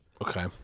okay